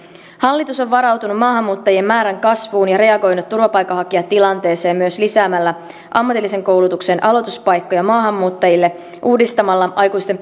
hallitus on varautunut maahanmuuttajien määrän kasvuun ja reagoinut turvapaikanhakijatilanteeseen myös lisäämällä ammatillisen koulutuksen aloituspaikkoja maahanmuuttajille uudistamalla aikuisten